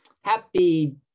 happy